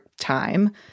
time